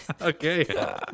okay